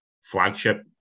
flagship